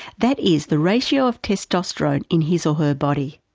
that is the ratio of testosterone in his or her body.